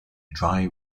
dry